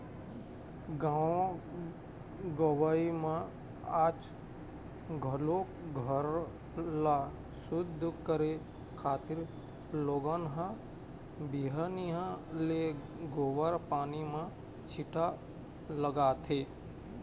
गाँव गंवई म आज घलोक घर ल सुद्ध करे खातिर लोगन ह बिहनिया ले गोबर पानी म छीटा लगाथे